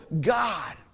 God